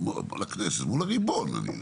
מול הריבון.